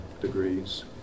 degrees